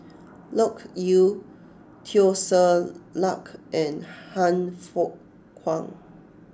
Loke Yew Teo Ser Luck and Han Fook Kwang